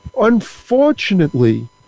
Unfortunately